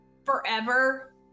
Forever